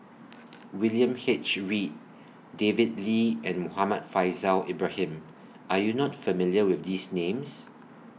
William H Read David Lee and Muhammad Faishal Ibrahim Are YOU not familiar with These Names